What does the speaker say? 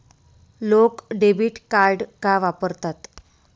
लोक debit card का वापरतात?